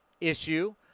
issue